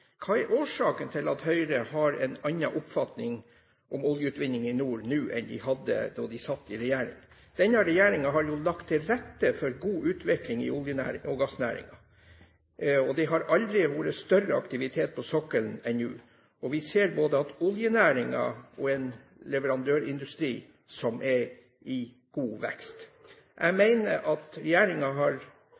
Hva er årsaken til at Høyre har en annen oppfatning om oljeutvinning i nord nå enn det de hadde da de satt i regjering? Denne regjeringen har jo lagt til rette for god utvikling i olje- og gassnæringen. Det har aldri vært større aktivitet på sokkelen enn nå. Vi ser både en oljenæring og en leverandørindustri som er i god vekst. Jeg mener at regjeringen i forvaltningsplanen har